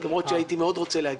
למרות שהייתי מאוד רוצה להגיד.